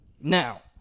Now